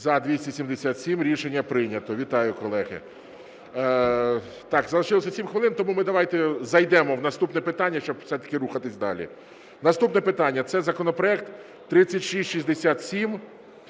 За-277 Рішення прийнято. Вітаю, колеги. Залишилося 7 хвилин, тому ми давайте зайдемо в наступне питання, щоб все-таки рухатися далі. Наступне питання – це законопроект 3667,